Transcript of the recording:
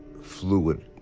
fluid,